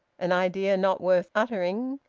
an idea not worth uttering,